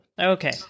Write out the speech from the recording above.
Okay